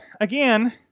again